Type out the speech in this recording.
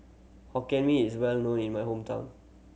Hokkien Mee is well known in my hometown